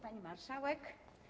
Pani Marszałek!